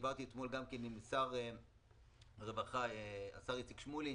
דיברתי אתמול גם עם שר הרווחה, השר איציק שמולי,